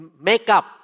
makeup